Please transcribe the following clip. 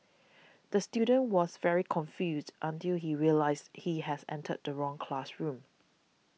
the student was very confused until he realised he has entered the wrong classroom